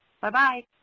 Bye-bye